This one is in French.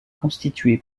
constitué